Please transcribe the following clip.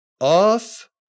off